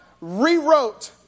rewrote